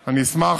אני אשמח,